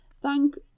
Thank